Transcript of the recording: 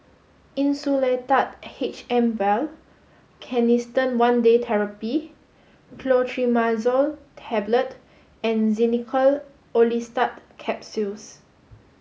Insulatard H M Vial Canesten one Day Therapy Clotrimazole Tablet and Xenical Orlistat Capsules